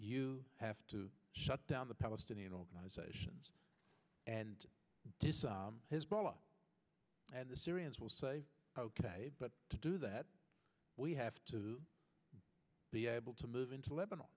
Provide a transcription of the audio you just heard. you have to shut down the palestinian organizations and disarm hezbollah and the syrians will say ok but to do that we have to be able to move into lebanon